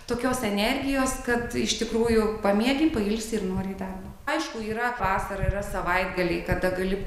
tokios energijos kad iš tikrųjų pamiegi pailsi ir nori į darbą aišku yra vasara yra savaitgaliai kada gali